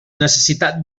necessitat